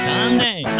Sunday